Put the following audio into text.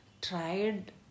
tried